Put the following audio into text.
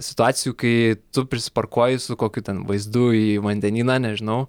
situacijų kai tu prisiparkuoji su kokiu ten vaizdu į vandenyną nežinau